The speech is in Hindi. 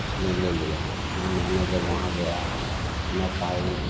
उसने ले लिया फिर मैंने जब वहाँ गया मैंने कहा